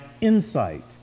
insight